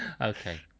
okay